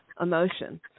emotion